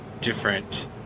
different